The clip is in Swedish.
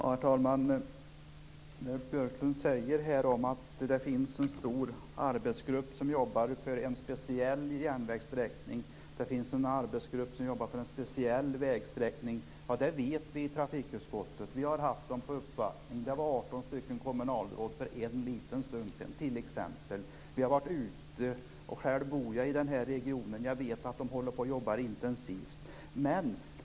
Herr talman! Ulf Björklund säger att det finns en stor arbetsgrupp som jobbar för en speciell järnvägssträckning och att det finns en arbetsgrupp som jobbar för en speciell vägsträckning. Det vet vi i trafikutskottet. Vi har blivit uppvaktade av dem. 18 kommunalråd var här för en liten stund sedan. Vi har varit ute i regionen. Själv bor jag där. Jag vet att de jobbar intensivt.